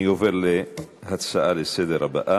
אני עובר להצעה הבאה לסדר-היום: